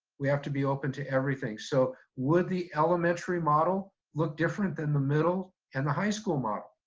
we have to be open to everything. so would the elementary model look different than the middle and the high school model?